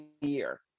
year